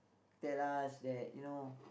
tell us that you know